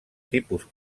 tipus